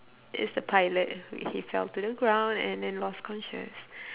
is the pilot he fell to the ground and then lost conscious